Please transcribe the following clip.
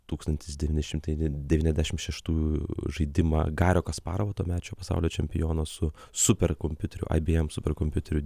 tūkstantis devyi šimtai devyniasdešimt šeštųjų žaidimą gario kasparovo tuomečio pasaulio čempiono su superkompiuteriu ibm superkompiuteriu